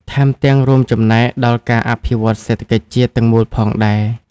ថែមទាំងរួមចំណែកដល់ការអភិវឌ្ឍសេដ្ឋកិច្ចជាតិទាំងមូលផងដែរ។